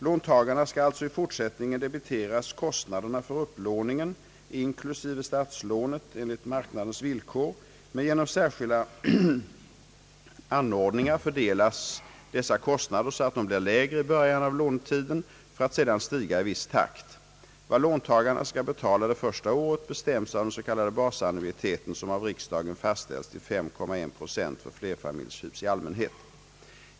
Låntagarna skall alltså i fortsättningen debiteras kostnaderna för upplåningen inklusive statslånet enligt marknadens villkor, men genom särskilda anordningar fördelas dessa kostnader så att de blir lägre i början av lånetiden för att sedan stiga i viss takt. Vad låntagarna skall betala det första året bestäms av den s.k. basannuiteten, som av riksdagen fastställts till 5,1 procent för flerfamiljshus i allmänhet.